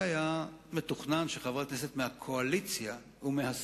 זה היה מתוכנן, שחברת כנסת מהקואליציה ומהשמאל,